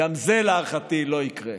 גם זה להערכתי לא יקרה.